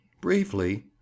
Briefly